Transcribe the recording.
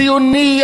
ציוני,